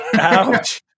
Ouch